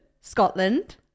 Scotland